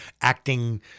acting